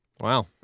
Wow